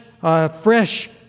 fresh